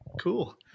Cool